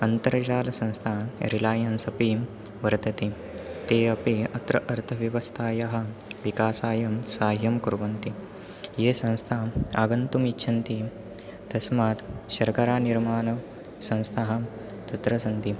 अन्तर्जालसंस्था Reliance अपि वर्तते ते अपि अत्र अर्थव्यवस्थायाः विकासाये सहायं कुर्वन्ति ये संस्थाम् आगन्तुम् इच्छन्ति तस्मात् शरकरानिर्माणं संस्थाः तत्र सन्ति